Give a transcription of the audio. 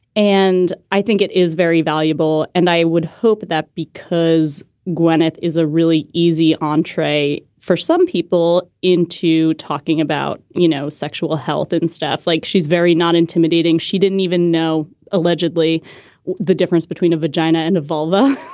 and i think it is very valuable. and i would hope that because gwenyth is a really easy on tray for some people into talking about, you know, sexual health and stuff like she's very not intimidating. she didn't even know allegedly the difference between a vagina and a volvo